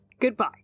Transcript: Goodbye